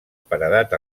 paredat